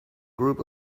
group